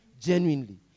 genuinely